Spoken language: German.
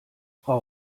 frau